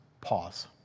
pause